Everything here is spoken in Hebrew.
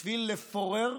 בשביל לפורר